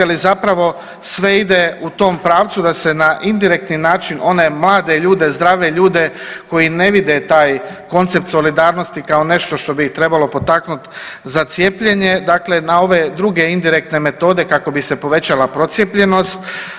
Ali zapravo sve ide u tom pravcu da se na indirektni način one mlade ljude zdrave ljude koji ne vide taj koncept solidarnosti kao nešto što bi ih trebalo potaknuti za cijepljenje, dakle na ove druge indirektne metode kako bi se povećala procijepljenost.